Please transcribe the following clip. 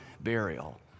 burial